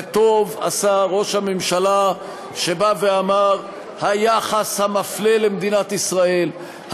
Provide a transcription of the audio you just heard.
וטוב עשה ראש הממשלה שבא ואמר: היחס המפלה למדינת ישראל,